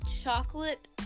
Chocolate